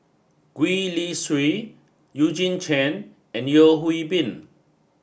Gwee Li Sui Eugene Chen and Yeo Hwee Bin